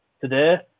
today